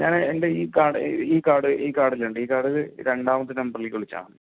ഞാൻ എൻ്റെ ഈ കാർഡ് ഈ കാർഡ് ഈ കാർഡിൽ രണ്ടാമത്തെ നമ്പറിലേക്ക് വിളിച്ചാൽ മതി